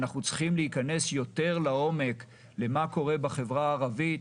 אנחנו צריכים להיכנס יותר לעומק למה קורה בחברה הערבית,